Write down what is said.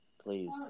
Please